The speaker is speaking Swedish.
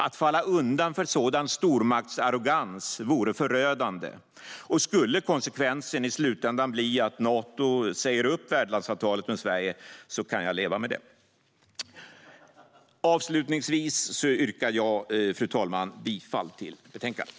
Att falla undan för sådan stormaktsarrogans vore förödande, och om konsekvensen i slutändan skulle bli att Nato säger upp värdlandsavtalet med Sverige kan jag leva med det. Avslutningsvis, fru talman, yrkar jag bifall till förslaget i betänkandet.